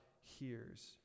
hears